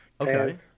Okay